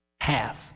half